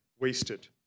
wasted